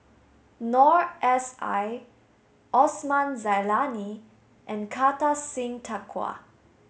Noor S I Osman Zailani and Kartar Singh Thakral